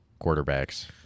quarterbacks